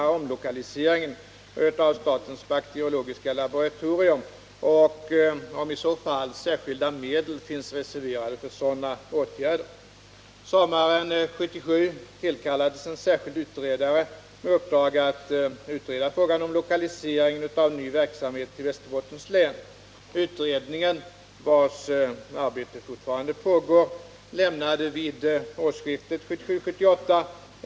Utredaren avlämnade ett delbetänkande den 16 december 1977, i vilket framfördes förslag innebärande ökad sysselsättning i Umeå, Skellefteå, Vindeln och Lycksele. Inget av förslagen har ännu genomförts.